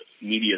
media